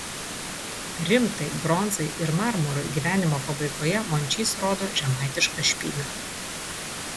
rimtai bronzai ir marmurui gyvenimo pabaigoje mončys rodo žemaitišką špygą